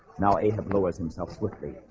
now a have lowers himself swiftly